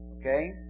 okay